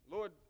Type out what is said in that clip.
Lord